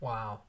Wow